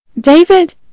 David